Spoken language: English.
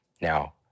Now